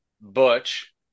Butch